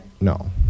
no